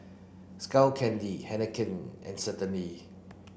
Skull Candy Heinekein and Certainly